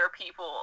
people